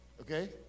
Okay